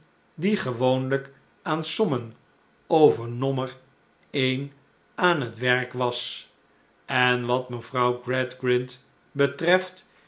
die gewoonlijk aan sommen over nommer een aan het werk was en wat mevrouw gradgrind betreft